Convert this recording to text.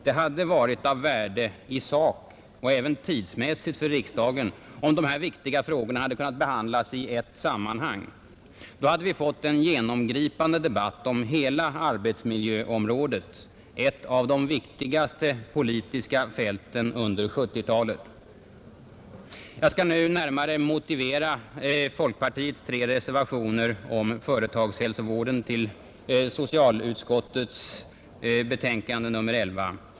Det hade varit av värde i sak och även tidsmässigt för riksdagen, om de här viktiga frågorna hade kunnat behandlas i ett sammanhang. Då hade vi fått en genomgripande debatt om hela arbetsmiljöområdet — ett av de viktigaste politiska fälten under 1970 talet. Jag skall nu närmare motivera folkpartiets tre reservationer om företagshälsovården till socialutskottets betänkande nr 11.